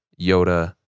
Yoda